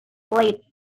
played